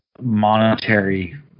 monetary